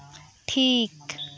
ᱴᱷᱤᱠ